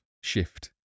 shift